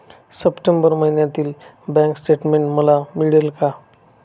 September महिन्यातील bank statement मला मिळेल का?